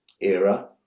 era